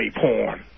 porn